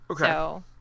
Okay